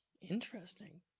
interesting